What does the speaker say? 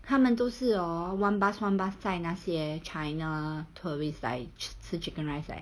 他们都是 hor one bus one bus 载那些 china tourists 来吃 chicken rice leh